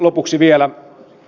lopuksi vielä